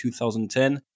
2010